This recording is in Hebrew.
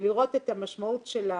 ולראות את המשמעות של השינוי,